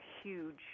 huge